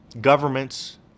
governments